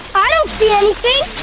i don't see anything.